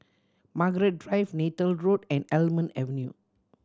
Margaret Drive Neythal Road and Almond Avenue